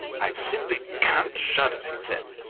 i simply can't shudder, he said,